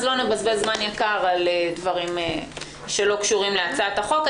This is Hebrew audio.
אז לא נבזבז זמן יקר על דברים שלא קשורים להצעת החוק.